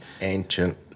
Ancient